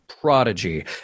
prodigy